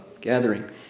gathering